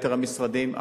יתר המשרדים.